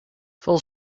full